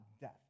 death